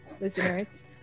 listeners